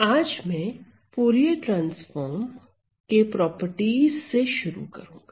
आज मैं Fourier transform के प्रॉपर्टीज से शुरू करूंगा